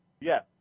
Yes